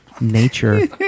nature